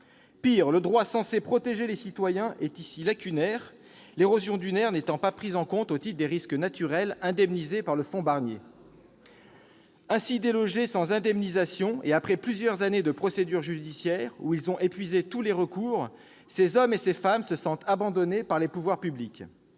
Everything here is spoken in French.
Pire, le droit censé protéger les citoyens est ici lacunaire, l'érosion dunaire n'étant pas prise en compte au titre des risques naturels indemnisés par le fonds Barnier. Ainsi délogés sans indemnisation et après plusieurs années de procédures judiciaires au cours desquelles ils ont épuisé tous les recours, ces hommes et ces femmes se sentent abandonnés par les pouvoirs publics.